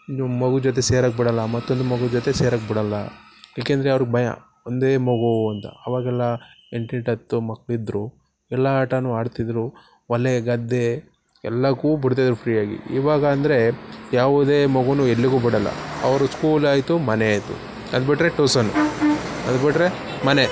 ಒಂದು ಮಗು ಜೊತೆ ಸೇರೋಕ್ಬಿಡೋಲ್ಲ ಮತ್ತೊಂದು ಮಗು ಜೊತೆ ಸೇರೋಕ್ಬಿಡೋಲ್ಲ ಏಕೆಂದರೆ ಅವ್ರಿಗೆ ಭಯ ಒಂದೇ ಮಗು ಅಂತ ಆವಾಗೆಲ್ಲ ಎಂಟೆಂಟು ಹತ್ತು ಮಕ್ಕಳಿದ್ರು ಎಲ್ಲ ಆಟನೂ ಆಡ್ತಿದ್ದರು ಹೊಲ ಗದ್ದೆ ಎಲ್ಲಕ್ಕೂ ಬಿಡ್ತಿದ್ದರು ಫ್ರೀಯಾಗಿ ಈವಾಗ ಅಂದರೆ ಯಾವುದೇ ಮಗುವೂ ಎಲ್ಲಿಗೂ ಬಿಡೋಲ್ಲ ಅವರು ಸ್ಕೂಲ್ ಆಯಿತು ಮನೆ ಆಯಿತು ಅದ್ಬಿಟ್ರೆ ಟ್ಯೂಸನ್ನು ಅದ್ಬಿಟ್ರೆ ಮನೆ